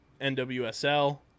NWSL